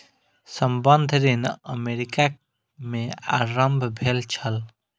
संबंद्ध ऋण अमेरिका में आरम्भ भेल छल